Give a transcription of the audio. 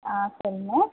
ஆ சரிங்க